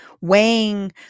weighing